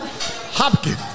Hopkins